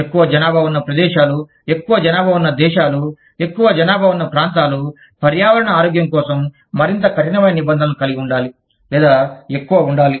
ఎక్కువ జనాభా ఉన్న ప్రదేశాలు ఎక్కువ జనాభా ఉన్న దేశాలు ఎక్కువ జనాభా ఉన్న ప్రాంతాలు పర్యావరణ ఆరోగ్యం కోసం మరింత కఠినమైన నిబంధనలను కలిగి ఉండాలి లేదా ఎక్కువగా ఉండాలి